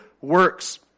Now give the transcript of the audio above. works